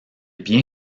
bien